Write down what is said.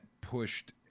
pushed